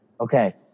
okay